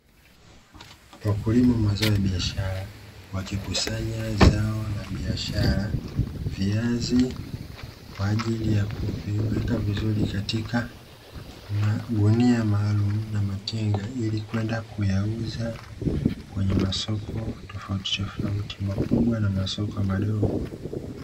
Wakulima wa mazao ya biashara wakikusanya zao la biashara viazi kwa ajili ya kuviweka vizuri katika magunia maalumu na matenga, ili kwenda kuyauza kwenye masoko tofautitofauti makubwa na masoko madogo.